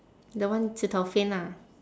the one zi tao faint ah